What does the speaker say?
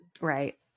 Right